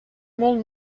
molt